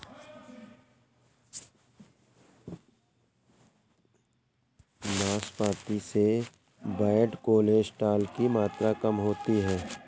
नाशपाती से bad cholesterol की मात्रा कम होती है